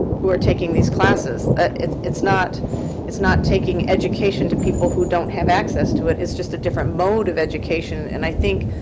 who are taking these classes. it's it's not it's not taking education to people who don't have access to it, it's just a different mode of education. and i think,